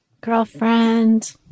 Girlfriend